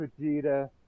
Vegeta